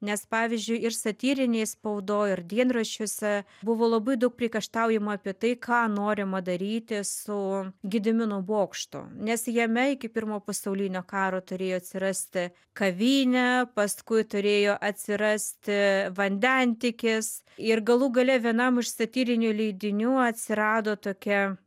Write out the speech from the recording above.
nes pavyzdžiui ir satyrinėj spaudoj ir dienraščiuose buvo labai daug priekaištaujama apie tai ką norima daryti su gedimino bokštu nes jame iki pirmo pasaulinio karo turėjo atsirasti kavinė paskui turėjo atsirasti vandentiekis ir galų gale vienam iš satyrinių leidinių atsirado tokia